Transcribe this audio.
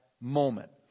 moment